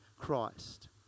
Christ